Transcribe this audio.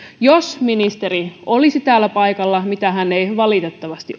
jos ministeri olisi täällä paikalla mitä hän ei valitettavasti